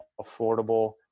affordable